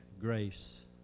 grace